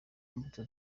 mbuto